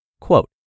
Quote